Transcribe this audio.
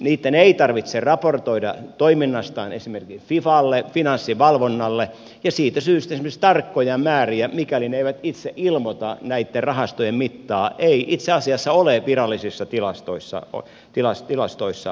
niitten ei tarvitse raportoida toiminnastaan esimerkiksi fivalle finanssivalvonnalle ja siitä syystä esimerkiksi tarkkoja määriä mikäli ne eivät itse ilmoita näitten rahastojen mittaa ei itse asiassa ole virallisissa tilastoissa olemassa